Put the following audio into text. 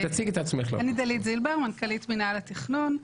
אני דלית זילבר, מנכ"לית מינהל התכנון.